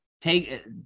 take